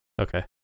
Okay